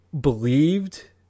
believed